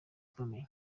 ikomeye